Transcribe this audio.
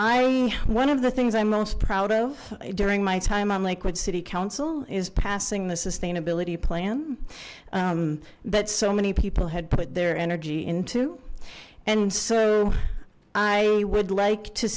i one of the things i'm most proud of during my time on lakewood city council is passing the sustainability plan that so many people had put their energy into and so i would like to